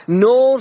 no